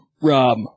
Rob